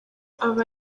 aba